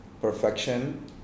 perfection